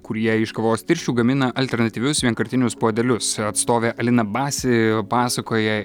kurie iš kavos tirščių gamina alternatyvius vienkartinius puodelius atstovė lina basi pasakoja